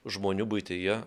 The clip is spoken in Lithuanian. žmonių buityje